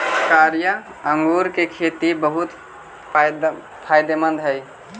कारिया अंगूर के खेती बहुत फायदेमंद हई